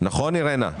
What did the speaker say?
נכון אירנה?